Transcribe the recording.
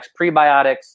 prebiotics